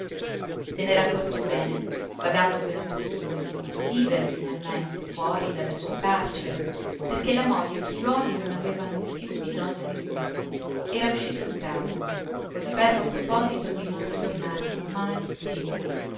se n'era accorto bene vagando quella mattina libero finalmente fuori della sua carcere poiché la moglie e i figliuoli non avevano più bisogno di lui era uscito di casa col fermo proposito di non ritornarvi mai più